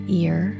ear